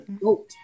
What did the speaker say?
goat